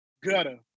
gutter